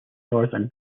northern